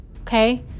okay